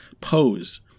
pose